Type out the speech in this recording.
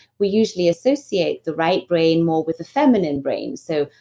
we usually associate the right brain more with the feminine brain. so,